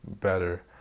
better